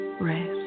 rest